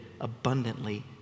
abundantly